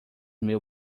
meu